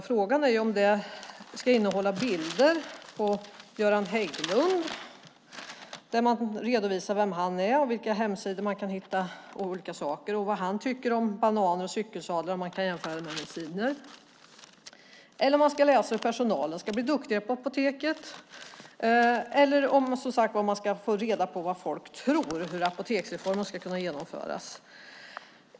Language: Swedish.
Frågan är dock om informationen ska innehålla bilder på Göran Hägglund, redovisa vem han är, på vilka hemsidor man hittar olika saker, vad han tycker om bananer och cykelsadlar och om man kan jämföra dem med mediciner. Frågan är också om man ska läsa om hur personalen vid apoteken ska bli duktigare, eller få veta vad folk tror om apoteksreformen och hur den ska kunna genomföras.